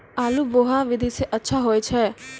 आलु बोहा विधि सै अच्छा होय छै?